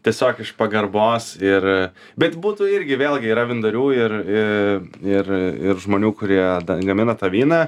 tiesiog iš pagarbos ir bet būtų irgi vėlgi yra vindarių ir ir ir žmonių kurie gamina tą vyną